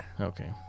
okay